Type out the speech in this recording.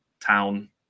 town